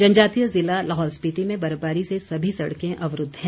जनजातीय जिला लाहौल स्पिति में बर्फबारी से सभी सड़कें अवरूद्ध हैं